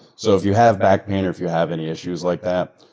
so, if you have back pain or if you have any issues like that,